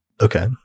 Okay